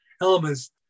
elements